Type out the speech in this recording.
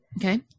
Okay